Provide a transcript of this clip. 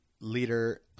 leader